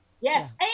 Yes